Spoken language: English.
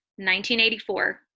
1984